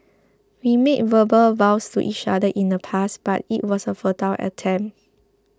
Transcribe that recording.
we made verbal vows to each other in the past but it was a futile attempt